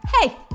hey